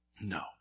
No